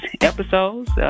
episodes